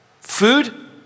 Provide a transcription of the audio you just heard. Food